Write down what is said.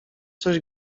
coś